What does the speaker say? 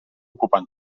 ocupen